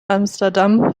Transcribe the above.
amsterdam